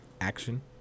action